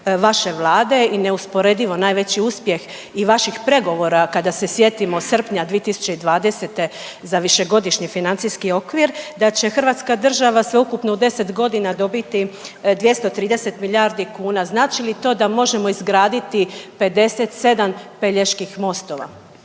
vaše Vlade i neusporedivo najveći uspjeh i vaših pregovora kada se sjetimo srpnja 2020. za Višegodišnji financijski okvir da će Hrvatska država sveukupno u 10 godina dobiti 230 milijardi kuna. Znači li to da možemo izgraditi 57 Peljeških mostova?